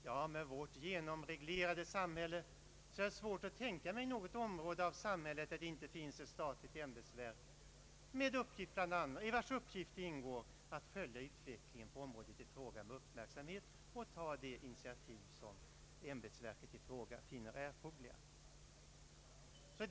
Ja, med vårt genomreglerade samhälle har jag svårt att tänka mig något område där det inte finns ett statligt ämbetsverk i vars uppgifter det ingår att följa utvecklingen på området i fråga med uppmärksamhet och ta de initiativ som ämbetsverket finner erforderliga.